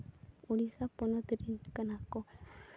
ᱳᱰᱤᱥᱟ ᱯᱚᱱᱚᱛ ᱨᱮᱱ ᱠᱟᱱᱟ ᱠᱚ